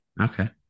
Okay